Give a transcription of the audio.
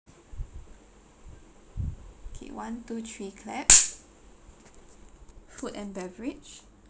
okay one two three clap food and beverage